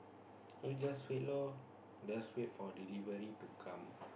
so just wait lor just wait for delivery to come